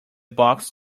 box